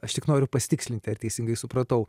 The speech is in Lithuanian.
aš tik noriu pasitikslinti ar teisingai supratau